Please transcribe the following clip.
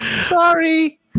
Sorry